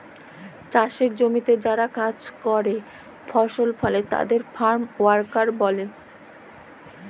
চাসের জমিতে যারা কাজ করেক ফসল ফলে তাদের ফার্ম ওয়ার্কার ব্যলে